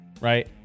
right